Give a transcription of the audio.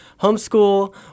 homeschool